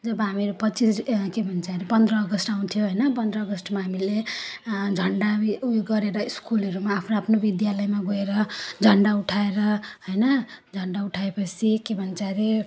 जब हामीहरू पच्चिस ए के भन्छ अरे पन्ध्र अगस्त आउँथ्यो होइन पन्ध्र अगस्तमा हामीले झन्डामा उयो गरेर स्कुलहरूमा आफ्नो आफ्नो विद्यालयमा गएर झन्डा उठाएर होइन झन्डा उठाएपछि के भन्छ अरे